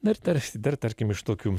na ir dar dar tarkim iš tokių